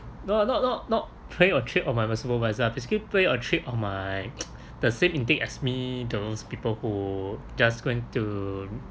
no not not not play a trick on my my supervisor basically play a trick of my the same intake as me those people who just going to